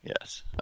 yes